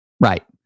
Right